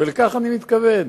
ולכך אני מתכוון.